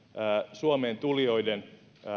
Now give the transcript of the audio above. suomeen tulijoiden